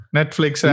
Netflix